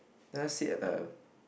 sometimes sit at the